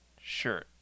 Sure